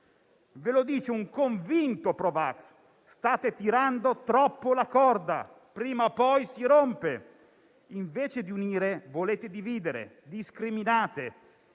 Ve lo dice un convinto pro vax: state tirando troppo la corda. Prima o poi si rompe. Invece di unire volete dividere. Discriminate